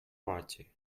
party